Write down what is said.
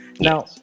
Now